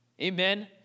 Amen